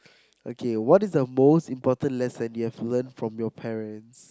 okay what is the most important lesson you have learnt from your parents